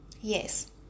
Yes